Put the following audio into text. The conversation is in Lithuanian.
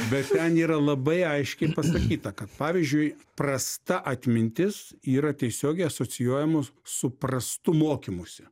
bet ten yra labai aiškiai pasakyta kad pavyzdžiui prasta atmintis yra tiesiogiai asocijuojama su prastu mokymusi